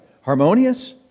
Harmonious